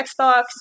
Xbox